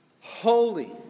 Holy